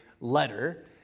letter